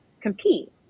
compete